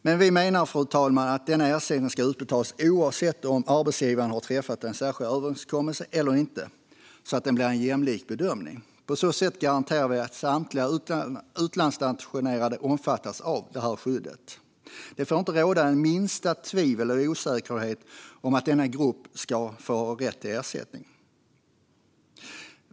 Men vi menar, fru talman, att denna ersättning ska utbetalas oavsett om arbetsgivaren har träffat en särskild överenskommelse eller inte, så att det blir en jämlik bedömning. På så sätt garanterar vi att samtliga utlandsstationerade omfattas av detta skydd. Det får inte råda minsta tvivel eller osäkerhet om att denna grupp ska ha rätt till ersättning.